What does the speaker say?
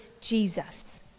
Jesus